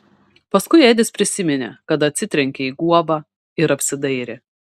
paskui edis prisiminė kad atsitrenkė į guobą ir apsidairė